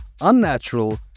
Unnatural